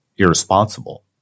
irresponsible